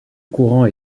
courant